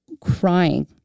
crying